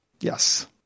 Yes